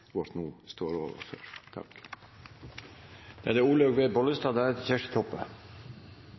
vårt no står overfor.